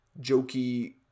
jokey